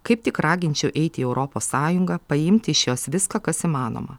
kaip tik raginčiau eiti į europos sąjungą paimti iš jos viską kas įmanoma